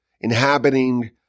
inhabiting